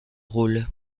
rôle